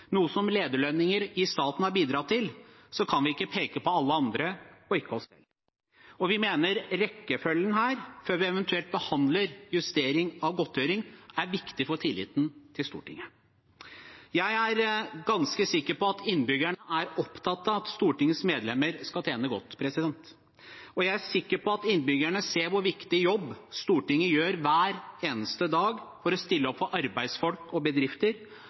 som lederlønninger i staten har bidratt til, kan vi ikke peke på alle andre og ikke oss selv. Og vi mener at rekkefølgen her, før vi eventuelt behandler justering av godtgjøring, er viktig for tilliten til Stortinget. Jeg er ganske sikker på at innbyggerne er opptatt av at Stortingets medlemmer skal tjene godt, og jeg er sikker på at innbyggerne ser hvor viktig jobb Stortinget gjør hver eneste dag for å stille opp for arbeidsfolk og bedrifter,